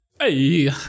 Hey